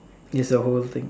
it's a whole thing